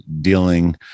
dealing